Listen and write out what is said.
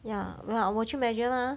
ya ya 我去 measure mah